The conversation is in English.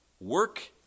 work